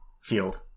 field